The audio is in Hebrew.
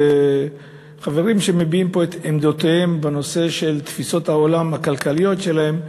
וחברים שמביעים פה את עמדותיהם בנושא של תפיסות העולם הכלכליות שלהם.